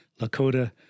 Lakota